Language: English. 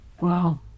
Wow